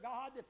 God